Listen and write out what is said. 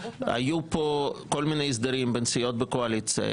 היו פה כל מיני הסדרים בין סיעות בקואליציה,